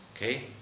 Okay